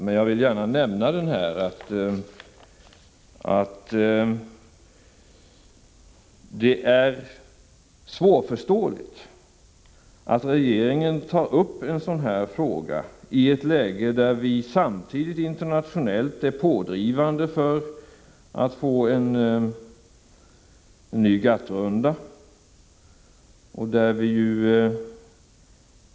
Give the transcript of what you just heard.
Men jag har här velat säga att det är svårförståeligt att regeringen för vidare en sådan fråga i ett läge där vi internationellt driver på för att få till stånd en ny GATT-runda.